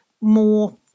more